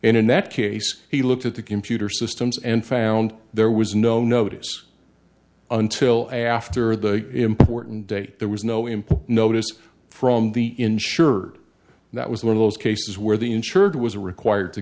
and in that case he looked at the computer systems and found there was no notice until after the important date there was no employee notice from the insured and that was one of those cases where the insured was required to